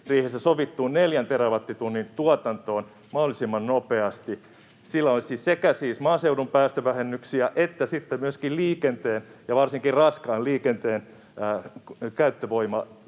budjettiriihessä sovittuun neljän terawattitunnin tuotantoon mahdollisimman nopeasti. Sillä olisi siis sekä maaseudun päästövähennyksiin että sitten myöskin liikenteen ja varsinkin raskaan liikenteen käyttövoimamuutokseen